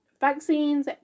Vaccines